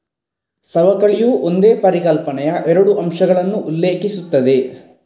ಸವಕಳಿಯು ಒಂದೇ ಪರಿಕಲ್ಪನೆಯ ಎರಡು ಅಂಶಗಳನ್ನು ಉಲ್ಲೇಖಿಸುತ್ತದೆ